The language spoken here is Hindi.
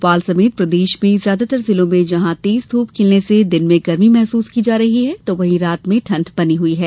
भोपाल समेत प्रदेश में ज्यादातर जिलों में जहां तेज धूप खिलने से दिन में गर्मी महसूस की जा रही है वहीं रात में ठंडक बनी हुई है